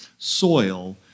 Soil